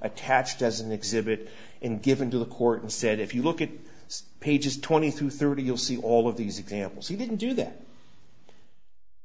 attached as an exhibit in giving to the court and said if you look at pages twenty through thirty you'll see all of these examples he didn't do that